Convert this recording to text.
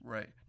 Right